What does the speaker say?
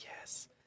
yes